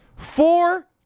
Four